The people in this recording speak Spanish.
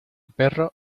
perro